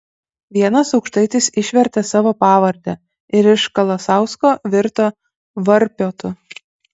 vienas aukštaitis išvertė savo pavardę ir iš kalasausko virto varpiotu